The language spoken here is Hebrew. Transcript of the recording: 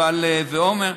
ועמר.